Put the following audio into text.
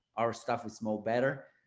our stuff is small, better.